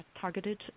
targeted